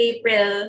April